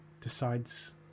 decides